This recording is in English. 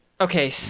Okay